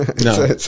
No